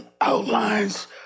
outlines